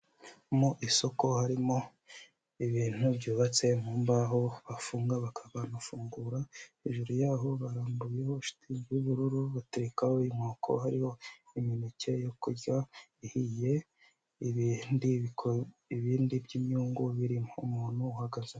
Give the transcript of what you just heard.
Mu isoko harimo ibintu byubatse mu mbaho bafunga bakaba banafungura, hejuru ya ho barambuyeho shitingi y'ubururu baterekaho inkoko hariho imineke yo kurya ihiye, ibindi ibindi by'inyungu birimo umuntu uhagaze.